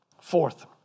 Fourth